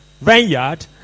vineyard